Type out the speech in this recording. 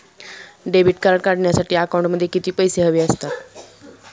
Debit card काढण्यासाठी अकाउंटमध्ये किती पैसे हवे असतात?